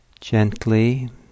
gently